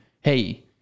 hey